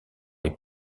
les